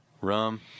rum